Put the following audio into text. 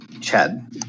Chad